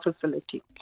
facility